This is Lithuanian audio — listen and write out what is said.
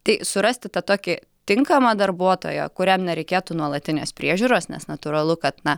tai surasti tą tokį tinkamą darbuotoją kuriam nereikėtų nuolatinės priežiūros nes natūralu kad na